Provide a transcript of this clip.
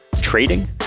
trading